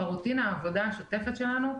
ברוטינת העבודה המשותפת שלנו,